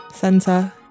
Center